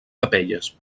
capelles